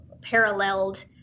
paralleled